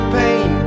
pain